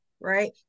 Right